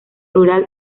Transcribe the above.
rural